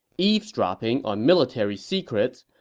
eavesdropping on military secrets,